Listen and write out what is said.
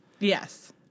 Yes